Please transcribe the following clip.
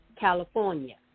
California